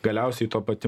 galiausiai ta pati